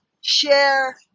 share